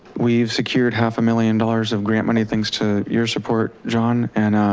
we've secured half a million dollars of grant money thanks to your support john and